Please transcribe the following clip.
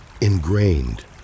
ingrained